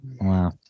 Wow